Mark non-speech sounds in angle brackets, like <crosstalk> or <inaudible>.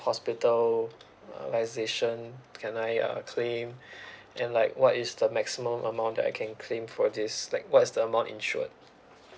hospita~ uh ~lisation can I uh claim <breath> and like what is the maximum amount that I can claim for this like what's the amount insured